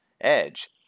edge